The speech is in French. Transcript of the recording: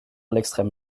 l’extrême